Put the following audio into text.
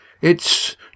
It's